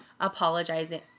apologizing